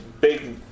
Big